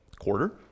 quarter